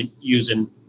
using